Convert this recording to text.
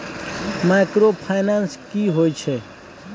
Microfinance की होय छै?